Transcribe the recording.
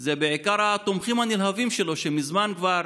זה בעיקר התומכים הנלהבים שלו, שמזמן כבר